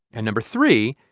and no. three,